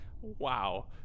Wow